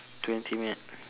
twenty minute